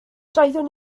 doeddwn